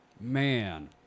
man